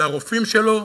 לרופאים שלו,